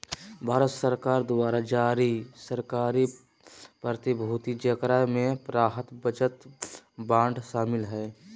भारत सरकार द्वारा जारी सरकारी प्रतिभूति जेकरा मे राहत बचत बांड शामिल हइ